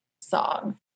song